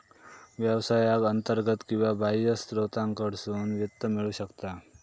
व्यवसायाक अंतर्गत किंवा बाह्य स्त्रोतांकडसून वित्त मिळू शकता